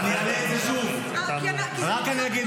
נכון.